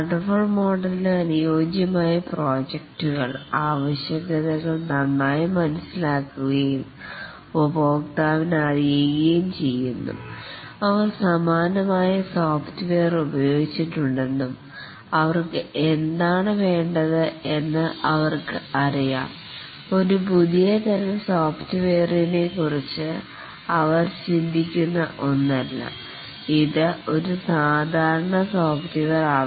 waterfall മോഡലിനു അനുയോജ്യമായ പ്രോജെക്ടുകളിൽ ആവശ്യകതകൾ നന്നായി മനസ്സിലാക്കുകയും ഉപഭോക്താവിന് അറിയുകയും ചെയ്യുന്നു അവർ സമാനമായ സോഫ്റ്റ്വെയർ ഉപയോഗിച്ചിട്ടുണ്ടെന്നും അവർക്ക് എന്താണ് വേണ്ടത് എന്ന് അവർക്ക് അറിയാം ഒരു പുതിയതരം സോഫ്റ്റ്വെയറിനെ കുറിച്ച് അവർ ചിന്തിക്കുന്ന ഒന്നല്ല ഇത് ഒരു സാധാരണ സോഫ്റ്റ്വെയർ ആണ്